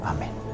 Amen